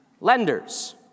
lenders